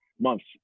months